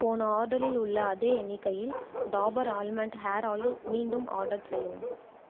போன ஆர்டரில் உள்ள அதே எண்ணிக்கையில் டாபர் ஆல்மண்ட் ஹேர் ஆயில் மீண்டும் ஆர்டர் செய்யவும்